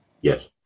yes